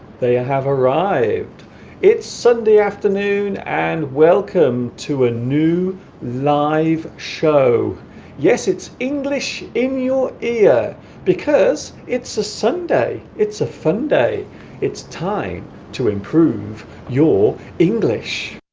they ah have arrived it's sunday afternoon and welcome to a new live show yes it's english in your ear because it's a sunday it's a fun day it's time to improve your english.